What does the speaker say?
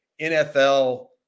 NFL